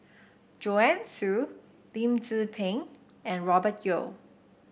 Joanne Soo Lim Tze Peng and Robert Yeo